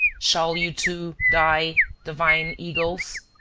shall you, too, die, divine eagles?